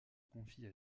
confie